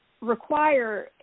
require